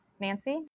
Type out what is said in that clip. Nancy